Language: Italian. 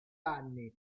anni